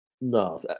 No